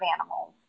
animals